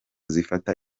zifata